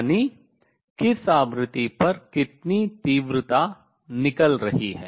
यानी किस आवृत्ति पर कितनी तीव्रता निकल रही है